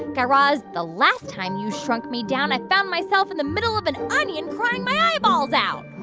guy raz, the last time you shrunk me down, i found myself in the middle of an onion, crying my eyeballs out